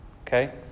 Okay